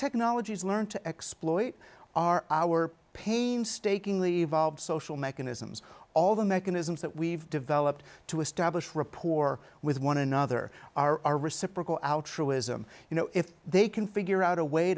technologies learn to exploit are our painstakingly evolved social mechanisms all the mechanisms that we've developed to establish report with one another are our reciprocal altruism you know if they can figure out a way